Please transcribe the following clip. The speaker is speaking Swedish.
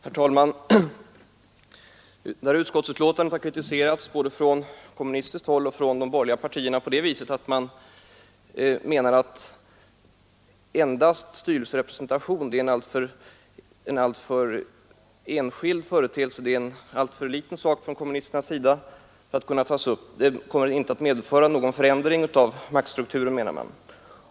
Herr talman! Detta utskottsbetänkande har kritiserats både från kommunistiskt håll och av de borgerliga partierna. Kommunisterna menar att endast styrelserepresentation blir en alltför enskild företeelse, som inte kommer att medföra någon förändring i maktstrukturen.